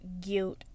guilt